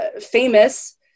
famous